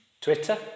Twitter